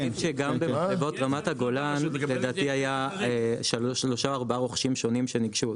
במחלבות רמת הגולן לדעתי היה שלושה או ארבעה רוכשים שונים שניגשו.